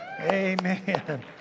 Amen